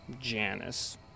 Janice